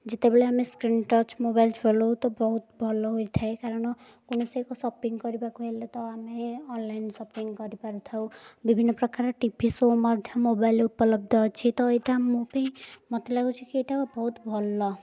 ଯେତେବେଳେ ଆମେ screen touch mobile ଚଳାଉ ତ ବହୁତ ଭଲ ହୋଇଥାଏ କାରଣ କୌଣସି ଏକ ସପିଂ କରିବାକୁ ହେଲେ ତ ଆମେ ଅନ୍ଲାଇନ୍ ସପିଂ କରିପାରିଥାଉ ବିଭିନ୍ନ ପ୍ରକାରର ଟିଭି ସୋ ମଧ୍ୟ ମୋବାଇଲରେ ଉପଲବ୍ଧ ଅଛି ତ ଏଇଟା ମୋ ପାଇଁ ମୋତେ ଲାଗୁଛି କି ଏଇଟା ବହୁତ ଭଲ